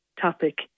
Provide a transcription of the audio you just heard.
topic